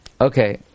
Okay